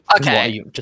okay